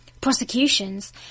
Prosecutions